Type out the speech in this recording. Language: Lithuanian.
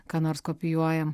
ką nors kopijuojam